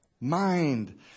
mind